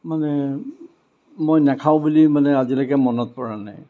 মানে মই নাখাওঁ বুলি মানে আজিলৈকে মনত পৰা নাই